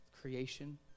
creation